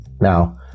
Now